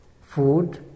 food